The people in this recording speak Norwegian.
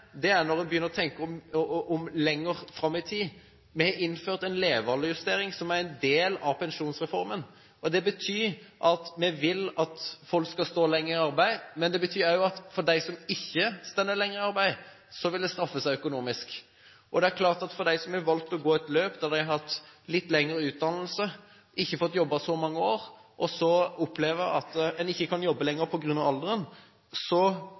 når en begynner å tenke lenger fram i tid: Vi har innført en levealdersjustering som en del av pensjonsreformen. Det betyr at vi vil at folk skal stå lenger i arbeid, men det betyr også at for dem som ikke står lenger i arbeid, vil det straffe seg økonomisk. Det er klart at for dem som har valgt å gå et løp der de har tatt litt lengre utdannelse – de får ikke jobbet i så mange år, og så opplever at en ikke kan jobbe lenger på grunn av alderen